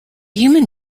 human